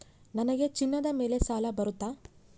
ನನಗೆ ಚಿನ್ನದ ಮೇಲೆ ಸಾಲ ಬರುತ್ತಾ?